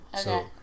Okay